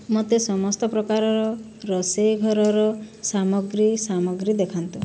ମୋତେ ସମସ୍ତ ପ୍ରକାରର ରୋଷେଇ ଘରର ସାମଗ୍ରୀ ସାମଗ୍ରୀ ଦେଖାନ୍ତୁ